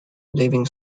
leaving